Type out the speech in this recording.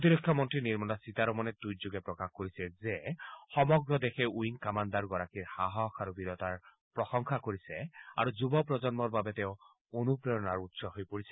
প্ৰতিৰক্ষা মন্ত্ৰী নিৰ্মলা সীতাৰমনে টুইট যোগে প্ৰকাশ কৰিছে যে সমগ্ৰ দেশে উইং কামাণ্ডাৰ গৰাকীৰ সাহস আৰু বীৰতাৰ প্ৰশংসা কৰিছে আৰু যুৱ প্ৰজন্মৰ বাবে তেওঁ অনুপ্ৰেৰণাৰ উৎস হৈ পৰিছে